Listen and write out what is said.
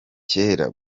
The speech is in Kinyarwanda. kare